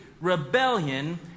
rebellion